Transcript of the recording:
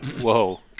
Whoa